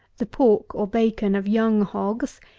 the pork or bacon of young hogs,